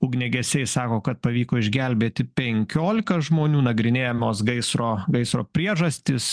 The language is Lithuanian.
ugniagesiai sako kad pavyko išgelbėti penkioliką žmonių nagrinėjamos gaisro gaisro priežastys